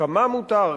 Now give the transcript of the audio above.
כמה מותר,